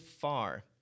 far